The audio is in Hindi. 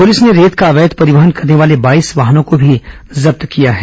पुलिस ने रेत का अवैध परिवहन करने वाले बाईस वाहनों को भी जब्त किया है